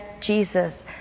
Jesus